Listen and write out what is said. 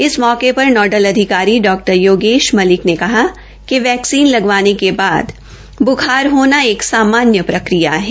इस मौके पर नोडल अधिकारी डॉ योगेश मलिक ने कहा कि वैक्सीन लगवाने के बाद ब्खरा होना एक सामान्य प्रक्रिया है